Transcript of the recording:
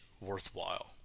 worthwhile